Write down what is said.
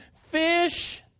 fish